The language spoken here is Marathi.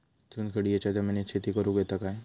चुनखडीयेच्या जमिनीत शेती करुक येता काय?